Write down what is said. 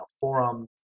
forum